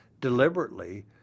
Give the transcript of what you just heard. deliberately